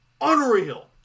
Unreal